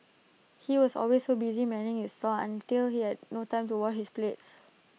he was always so busy manning his stall until he had no time to wash his plates